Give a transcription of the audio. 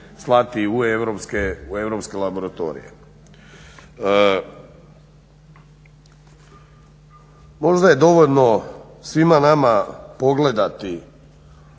slati u europske laboratorije. Možda je dovoljno svima nam pogledati,